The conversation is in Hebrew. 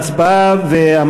(קוראת בשמות חברי הכנסת) אמנון כהן,